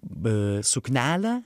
be suknelę